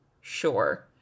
sure